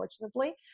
unfortunately